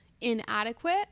inadequate